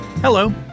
Hello